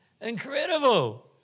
Incredible